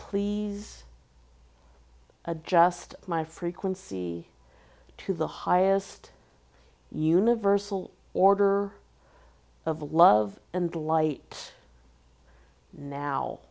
please adjust my frequency to the highest universal order of love and light now